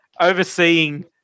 overseeing